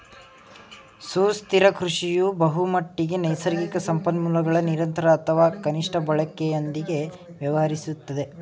ಸುಸ್ಥಿರ ಕೃಷಿಯು ಬಹುಮಟ್ಟಿಗೆ ನೈಸರ್ಗಿಕ ಸಂಪನ್ಮೂಲಗಳ ನಿರಂತರ ಅಥವಾ ಕನಿಷ್ಠ ಬಳಕೆಯೊಂದಿಗೆ ವ್ಯವಹರಿಸುತ್ತದೆ